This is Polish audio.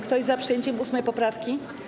Kto jest za przyjęciem 8. poprawki?